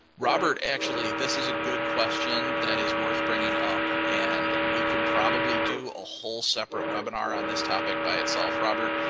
robert, actually this is a good question that is worth bringing up and we could probably do ah whole separate webinar on this topic by itself, robert.